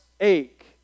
ache